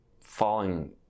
falling